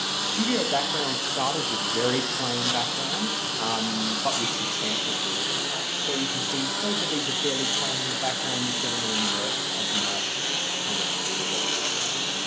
studio backgrounds started with very plain backgrounds um but with substantial furniture props so you can see both of these are fairly plain in the background. the gentleman on the left has a nice kind of table there with